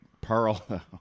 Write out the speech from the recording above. pearl